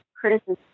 criticism